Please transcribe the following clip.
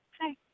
Hi